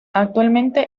actualmente